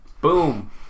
Boom